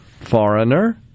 Foreigner